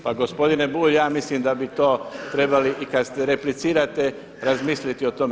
Pa gospodine Bulj, ja mislim da bi to trebali i kad replicirate razmisliti o tome.